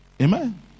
Amen